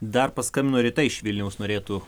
dar paskambino rita iš vilniaus norėtų